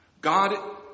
God